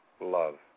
love